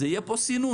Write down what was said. זה יהיה פה סינון.